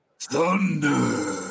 Thunder